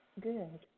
Good